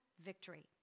victory